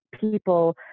people